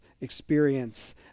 experience